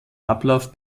ablauf